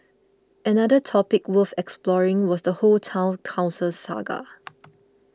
another topic worth exploring was the whole Town Council saga